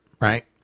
right